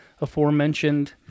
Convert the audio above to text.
aforementioned